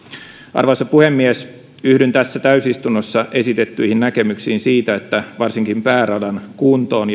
arvoisa puhemies yhdyn tässä täysistunnossa esitettyihin näkemyksiin siitä että varsinkin pääradan kuntoon